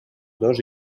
dos